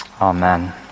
Amen